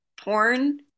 porn